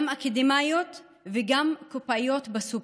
גם אקדמאיות וגם קופאיות בסופר.